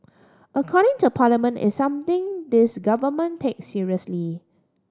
accounting to Parliament is something this Government takes seriously